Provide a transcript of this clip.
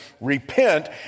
repent